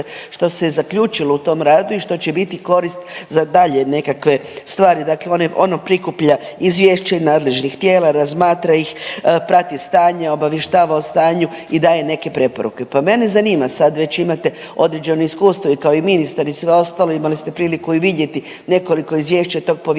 što se je zaključilo u tom radu i što će biti korist za dalje nekakve stvari. Dakle, ono prikuplja izvješće i nadležnih tijela, razmatra ih, prati stanje, obavještava o stanju i daje neke preporuke, pa mene zanima sad već imate određeno iskustvo i kao ministar i sve ostalo imali ste priliku i vidjeti nekoliko izvješća tog povjerenstva